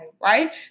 Right